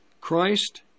Christ